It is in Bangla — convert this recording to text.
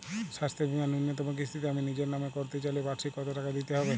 স্বাস্থ্য বীমার ন্যুনতম কিস্তিতে আমি নিজের নামে করতে চাইলে বার্ষিক কত টাকা দিতে হবে?